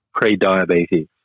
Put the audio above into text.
pre-diabetes